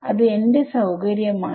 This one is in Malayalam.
അത് എന്റെ സൌകര്യം ആണ്